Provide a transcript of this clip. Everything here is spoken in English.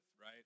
right